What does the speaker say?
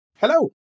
Hello